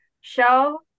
show